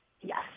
Yes